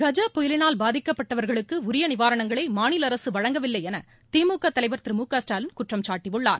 கஜ புயலினால் பாதிக்கப்பட்டவர்களுக்கு உரிய நிவாரணங்களை மாநில அரசு வழங்கவில்லை என திமுக தலைவர் திரு மு க ஸ்டாலின் குற்றம் சாட்டியுள்ளார்